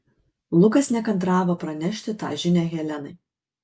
lukas nekantravo pranešti tą žinią helenai